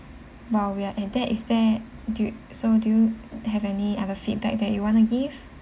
while we're at that is there do so do you have any other feedback that you want to give